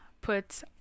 put